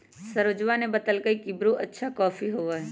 सरोजवा ने बतल कई की ब्रू अच्छा कॉफी होबा हई